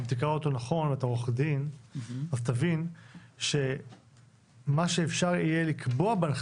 אם תקרא אותו נכון אז תבין שמה שאפשר יהיה לקבוע בהנחיה